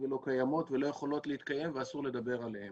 ולא קיימות ולא יכולות להתקיים ואסור לדבר עליהן.